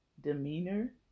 demeanor